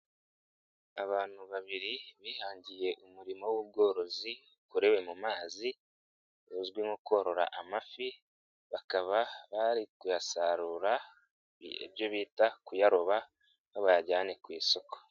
Abantu babiri bihangiye umurimo w'ubworozi bukorewe mu mazi buzwi nko korora amafi, bakaba bari kuyasarura ibyo bita kuyaroba ngo bayajyane ku isoko.